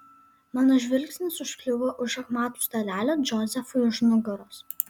mano žvilgsnis užkliūva už šachmatų stalelio džozefui už nugaros